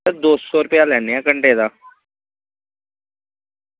sir दो सौ रपेआ लैन्ने आं घैंटे दा